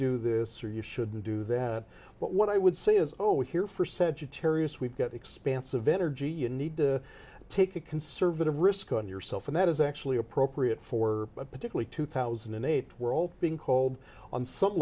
do this or you shouldn't do that but what i would say is oh here for said to terrace we've got expansive energy you need to take a conservative risk on yourself and that is actually appropriate for a particular two thousand and eight we're all being called on some